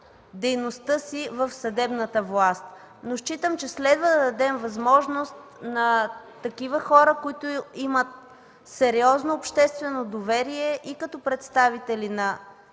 дейността си в съдебната власт. Смятам, че следва да дадем възможност на такива хора, които имат сериозно обществено доверие и като представители на